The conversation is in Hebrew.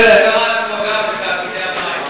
תראה, זה קרה, אגב, בתאגידי המים.